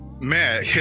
Man